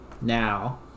now